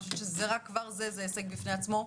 אני חושבת שרק זה הוא הישג בפני עצמו.